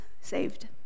saved